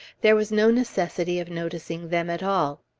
there was no necessity of noticing them at all.